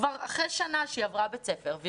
אחרי שנה שהיא עברה בית ספר,